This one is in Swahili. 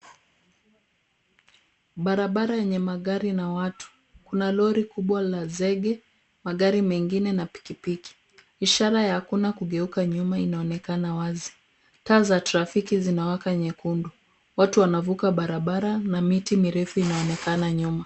Babaraba yenye magari na watu. Kuna lori kubwa la zege, magari mengine na pikipiki. Ishara ya hakuna kugeuka nyuma inaonekana wazi. Taa za trafiki zinawaka nyekundi. Watu wanavuka barabara na miti mirefu inaonekana nyuma.